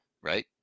right